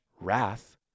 wrath